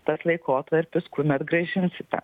tas laikotarpis kumet grąžinsite